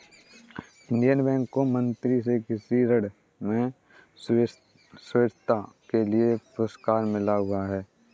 Indian bank को मंत्री से कृषि ऋण में श्रेष्ठता के लिए पुरस्कार मिला हुआ हैं